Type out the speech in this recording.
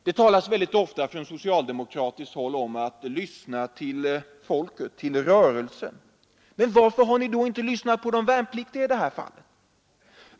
Det talas väldigt ofta från socialdemokratiskt håll om att lyssna till folket, till rörelsen. Varför har ni då inte lyssnat på de värnpliktiga i detta fall?